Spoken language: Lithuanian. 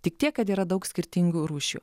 tik tiek kad yra daug skirtingų rūšių